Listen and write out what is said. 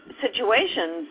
situations